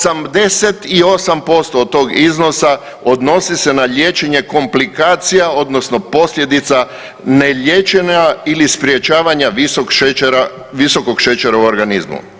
88% od tog iznosa odnosi se na liječenje komplikacija odnosno posljedica neliječenja ili sprječavanja visok šećera, visokog šećera u organizmu.